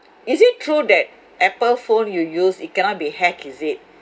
is it true that apple phone you use it cannot be hack is it